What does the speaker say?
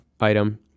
item